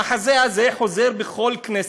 המחזה הזה חוזר בכל כנסת,